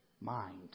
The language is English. mind